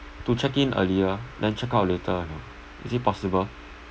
to check in earlier then check out later or not is it possible